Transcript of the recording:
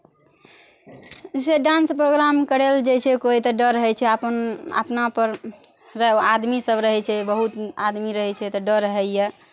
जैसे dance programme करै लऽ जाइ छै कोइ तऽ डर है छै अपना अपना पर आदमी सब रहै छै बहुत आदमी रहै छै तऽ डर होइया